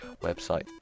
website